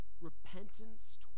Repentance